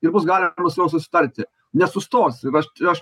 ir bus galima su juo susitarti nesustos ir aš aš